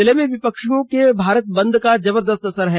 जिले में विपक्षियों के भारत बंद का जबरदस्त असर है